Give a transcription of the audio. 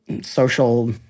social